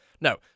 no